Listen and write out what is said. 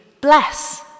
Bless